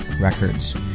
Records